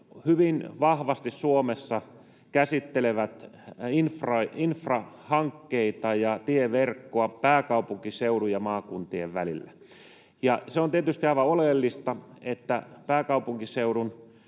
hyvin vahvasti Suomessa käsittävät infrahankkeita ja tieverkkoa pääkaupunkiseudun ja maakuntien välillä. Se on tietysti aivan oleellista, että pääkaupunkiseudun